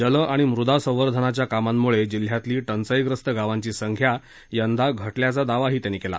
जल आणि मृदासंवर्धनाच्या कामामुळे जिल्ह्यातली टंचाईप्रस्त गावांची संख्या यंदा घटल्याचा दावाही त्यांनी केला